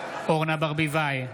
אורנה ברביבאי,